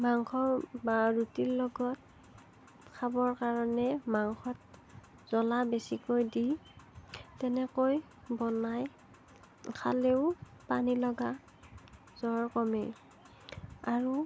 মাংস বা ৰুটিৰ লগত খাবৰ কাৰণে মাংসত জ্বলা বেছিকৈ দি তেনেকৈ বনাই খালেও পানী লগা জ্বৰ কমে আৰু